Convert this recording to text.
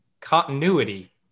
continuity